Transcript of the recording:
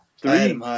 Three